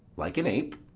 like an ape,